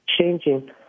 changing